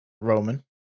Roman